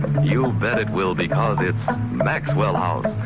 you bet it will, because it's maxwell house,